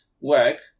work